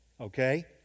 okay